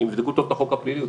שיבדקו טוב את החוק הפלילי.